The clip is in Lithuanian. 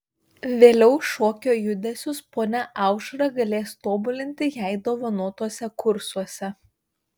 vėliau šokio judesius ponia aušra galės tobulinti jai dovanotuose kursuose